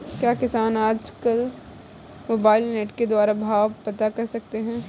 क्या किसान आज कल मोबाइल नेट के द्वारा भाव पता कर सकते हैं?